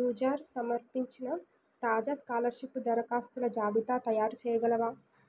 user సమర్పించిన తాజా scholarship దరఖాస్తుల జాబితా తయారుచేయగలవా